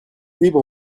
libre